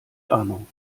ahnung